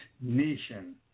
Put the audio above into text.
nation